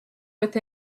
with